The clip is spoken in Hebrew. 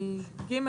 מ-ג'